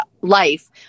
life